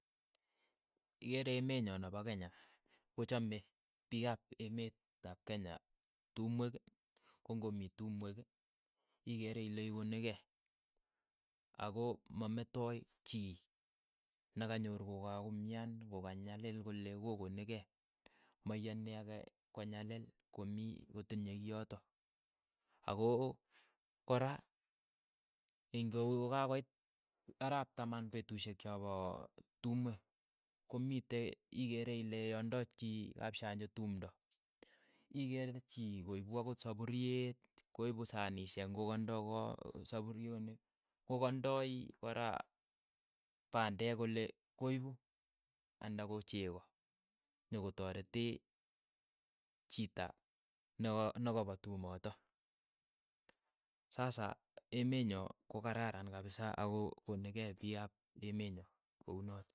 Ikeere emenyo nepa kenya, kochame piik ap emet ap kenya tumwek ko ng'o mii tumwek ikeere ile iuuni kei, ako mametoi chii na kanyor ko kakumian ko kanyalil kole maiyani ake konyalil komii kotinye kii yotok. ako kora ingo kokakoit arap taman petushek cha patumwek, komite ikeere ile yando chii kapshanjo tumndo, ikeere chii koipu akot sapuriet, koipu sanishek, ng'o kaindo ko sapurionik, ko kaindoi kora pandek kole koipu anda ko cheko nyokotaretee chita naka nakapa tumotok, sasa emeenyo ko kararan kapisa ako koni kei piik ap emenyo ko unotok.